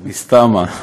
מסתמא.